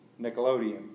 Nickelodeon